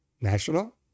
National